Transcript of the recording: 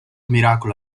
miracolo